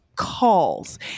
calls